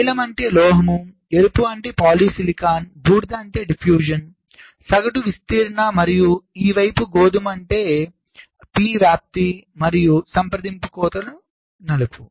నీలం అంటే లోహం ఎరుపు అంటే పాలిసిలికాన్ బూడిద అంటే విస్తరణdiffusion సగటు విస్తరణ మరియు ఈ వైపు గోధుమ అంటే P వ్యాప్తి మరియు సంప్రదింపు కోతలు నలుపు